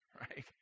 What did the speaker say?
right